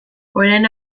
orain